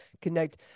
connect